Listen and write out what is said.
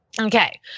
Okay